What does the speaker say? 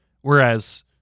Whereas